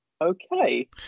Okay